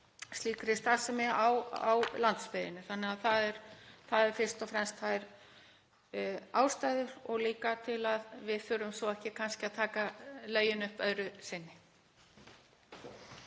slíkri starfsemi á landsbyggðinni. Það eru fyrst og fremst þær ástæður og líka til að við þurfum svo ekki kannski að taka lögin upp öðru sinni.